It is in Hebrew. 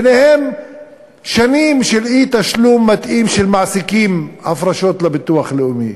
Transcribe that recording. ובהן המון שנים של אי-תשלום הפרשות מתאים של מעסיקים לביטוח הלאומי,